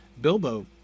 Bilbo